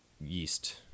yeast